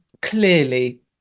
Clearly